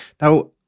Now